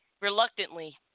reluctantly